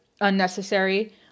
unnecessary